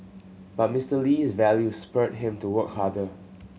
but Mister Lee's values spurred him to work harder